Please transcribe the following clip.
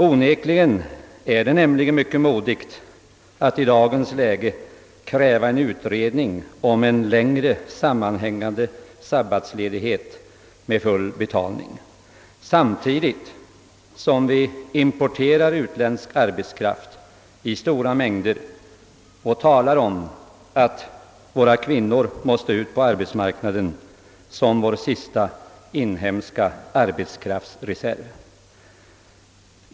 Onekligen är det mycket modigt att i dagens läge kräva en utredning om en längre sammanhängande ledighet med full betalning, samtidigt som vi importerar utländsk arbetskraft i stora mängder och talar om att kvinnorna som vår sista inhemska arbetskraftsreserv måste ut på arbetsmarknaden.